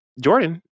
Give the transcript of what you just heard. Jordan